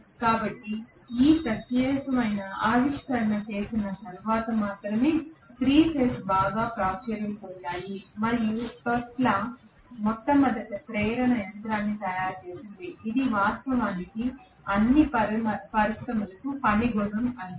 కాబట్టి ఈ ప్రత్యేకమైన ఆవిష్కరణ చేసిన తర్వాత మాత్రమే 3 ఫేజ్ బాగా ప్రాచుర్యం పొందాయి మరియు టెస్లా మొట్టమొదటి ప్రేరణ యంత్రాన్ని తయారు చేసింది ఇది వాస్తవానికి అన్ని పరిశ్రమలకు పని గుర్రం అయింది